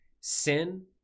sin